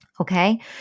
okay